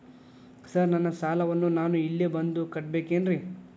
Sir ನನ್ನ ಸಾಲವನ್ನು ನಾನು ಇಲ್ಲೇ ಬಂದು ಕಟ್ಟಬೇಕೇನ್ರಿ?